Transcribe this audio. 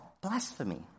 blasphemy